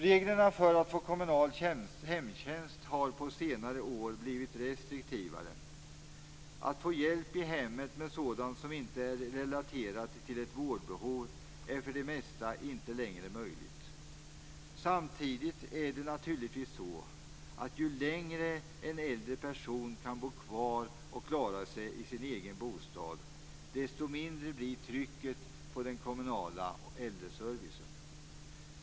Reglerna för att få kommunal hemtjänst har på senare år blivit restriktivare. Att få hjälp i hemmet med sådant som inte är relaterat till ett vårdbehov är för det mesta inte längre möjligt. Samtidigt är det naturligtvis så att ju längre en äldre person kan bo kvar och klara sig i sin egen bostad, desto mindre blir trycket på den kommunala äldreservicen.